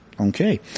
Okay